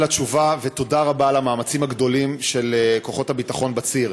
על התשובה ותודה רבה על המאמצים הגדולים של כוחות הביטחון בציר.